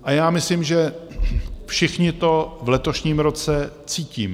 A já myslím, že všichni to v letošním roce cítíme.